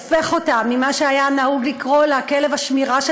ממה שהיה נהוג לקרוא לו "כלב השמירה של